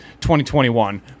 2021